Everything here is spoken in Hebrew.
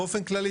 באופן כללי,